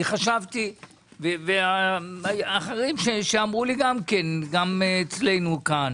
אני חשבתי, ואחרים אמרו לי גם אצלנו כאן